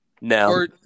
No